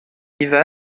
ivan